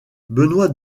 benoit